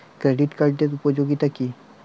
Credit কার্ডের উপযোগিতা কি?